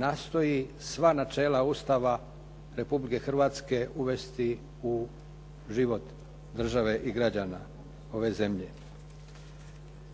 nastoji sva načela Ustava Republike Hrvatske uvesti u život države i građana ove zemlje.